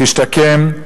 תשתקם.